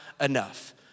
enough